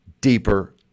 deeper